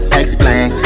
explain